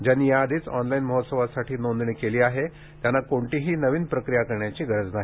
ज्यांनी या आधीच ऑनलाईन महोत्सवासाठी नोंदणी केली आहे त्यांना कोणतीही नवीन प्रक्रिया करण्याची गरज नाही